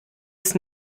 ist